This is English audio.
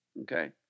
okay